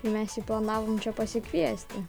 mes jį planavom čia pasikviesti